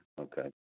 Okay